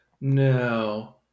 No